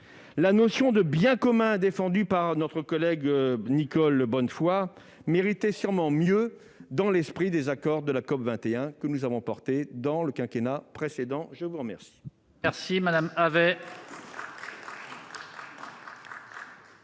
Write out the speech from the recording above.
la notion de biens communs, défendue par notre collègue Nicole Bonnefoy, méritaient sûrement mieux, dans l'esprit des accords de la COP21 que nous avons porté durant le quinquennat précédent. La parole